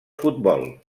futbol